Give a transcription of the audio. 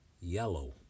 yellow